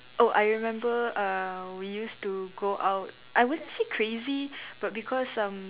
oh I remember uh we used to go out I wouldn't say crazy but because um